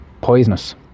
poisonous